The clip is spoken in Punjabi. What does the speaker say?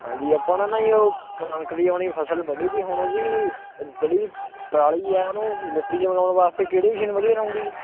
ਹਾਂਜੀ ਆਪਾਂ ਨੇ ਨਾ ਉਹ ਕਣਕ ਦੀ ਆਪਣੀ ਫਸਲ ਵੱਢੀ ਤੀ ਹੁਣ ਉਹਦੀ ਜਿਹੜੀ ਪਰਾਲੀ ਹੈ ਉਹਨੂੰ ਮਿੱਟੀ 'ਚ ਮਿਲਾਉਣ ਵਾਸਤੇ ਕਿਹੜੀ ਮਸ਼ੀਨ ਵਧੀਆ ਰਹੇਗੀ